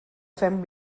fem